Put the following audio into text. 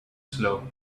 slow